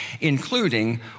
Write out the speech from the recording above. including